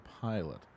pilot